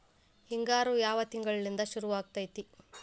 ಹಿಂಗಾರು ಯಾವ ತಿಂಗಳಿನಿಂದ ಶುರುವಾಗತೈತಿ?